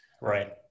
Right